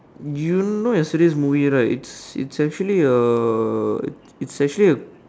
you know yesterday's movie right it's it's actually a it's actually a